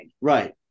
Right